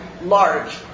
large